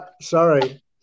sorry